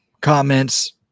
comments